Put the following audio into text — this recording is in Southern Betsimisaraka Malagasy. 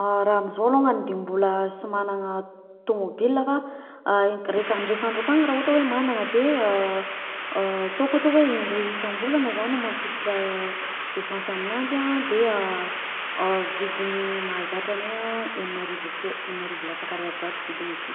Raha amzao longany de mbola sy magnagna tômôbila a fa ah r- ndraika andro ankagny ohatra hoe magnagna de ataoko ohatra hoe indroy isam-bolana zaho mampiditra esansy amignanjy a de vidiny mahazatra agnay a enina arivo akeo, enina arivo lasaka ariary zato vidiny aty.